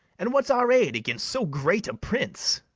and what's our aid against so great a prince?